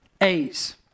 A's